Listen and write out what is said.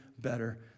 better